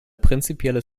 prinzipielle